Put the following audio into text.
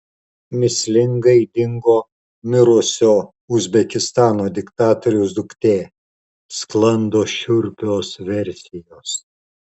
mįslingai dingo mirusio uzbekistano diktatoriaus duktė sklando šiurpios versijos